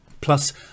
Plus